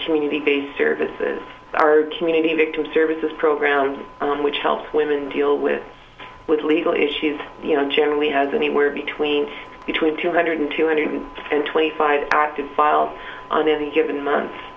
community based services are community victim services programs on which help women deal with with legal issues you know generally has anywhere between between two hundred two hundred and twenty five active files on any given month